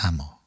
Amo